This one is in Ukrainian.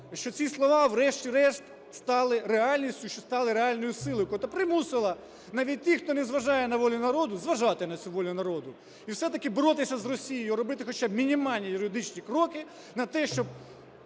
що ці слова врешті-решт стали реальністю, що стали реальною силою, котра примусила навіть тих, хто не зважає на волю народу, зважати на цю волю народу і все-таки боротися з Росією, робити хоча б мінімальні юридичні кроки на те, щоб